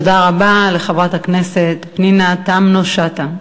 תודה רבה לחברת הכנסת פנינה תמנו-שטה.